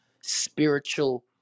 spiritual